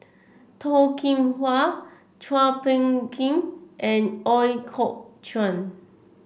Toh Kim Hwa Chua Phung Kim and Ooi Kok Chuen